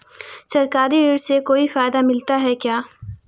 सरकारी ऋण से कोई फायदा मिलता है क्या?